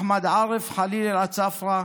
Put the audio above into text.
אחמד עארף חליל עסאפרה,